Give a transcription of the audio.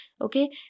okay